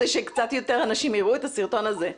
כדי שקצת יותר אנשים יראו את הסרטון הזה?